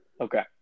okay